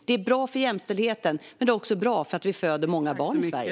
Det är bra för jämställdheten, men det är också bra för att vi föder många barn i Sverige.